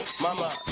mama